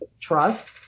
trust